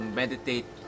meditate